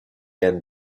end